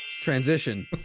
Transition